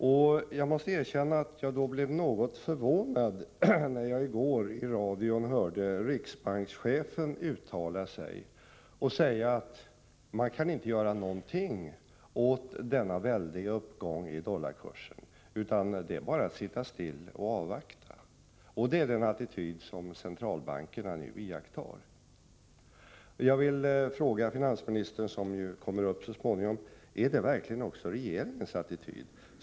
Och jag måste erkänna att jag blev något förvånad, när jag i går i radio hörde riksbankschefen uttala sig och säga att man kan inte göra någonting åt denna väldiga uppgång i dollarkursen, utan det är bara att sitta still och avvakta. Det är den attityd som centralbankerna nu intar. Jag vill fråga finansministern, som ju kommer upp så småningom: Är detta verkligen också regeringens attityd?